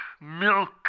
Milk